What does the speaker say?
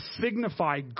signify